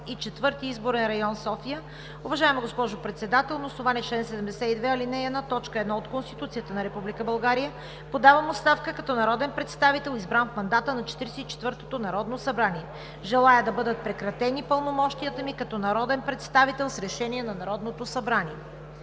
и четвърти изборен район – София: „Уважаема госпожо Председател, на основание чл. 72, ал. 1, т. 1 от Конституцията Република България, подавам оставка като народен представител, избран в мандата на 44-ото Народно събрание. Желая да бъдат прекратени пълномощията ми като народен представител с решение на Народното събрание.“